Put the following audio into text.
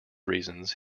reasons